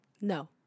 No